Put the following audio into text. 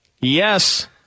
yes